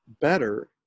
better